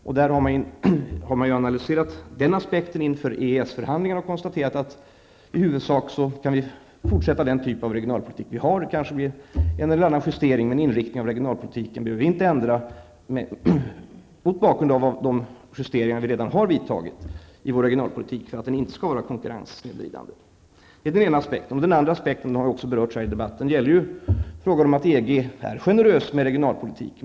Den aspekten har man analyserat inför EES-förhandlingarna och konstaterat att vi i huvudsak kan fortsätta med den typ av regionalpolitik som vi har. Det kanske blir en eller annan justering, men inriktningen av regionalpolitiken behöver vi inte ändra just mot bakgrund av de justeringar som vi redan har vidtagit för att den inte skall vara konkurrenssnedvridande. Det är den ena aspekten. Den andra aspekten, som också har berörts i debatten, gäller att EG är generös med regionalpolitik.